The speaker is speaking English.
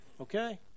Okay